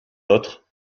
autres